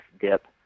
Dip